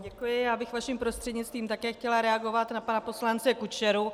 Děkuji, já bych vaším prostřednictvím také chtěla reagovat na pana poslance Kučeru.